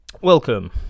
Welcome